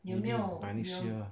maybe by next year lah